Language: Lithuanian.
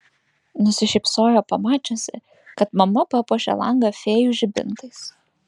nusišypsojo pamačiusi kad mama papuošė langą fėjų žibintais